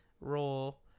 role